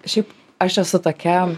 šiaip aš esu tokia